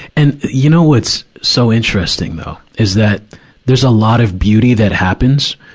and you know what's so interesting though, is that there's a lot of beauty that happens,